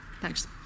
thanks